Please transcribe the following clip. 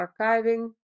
archiving